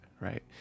right